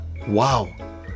wow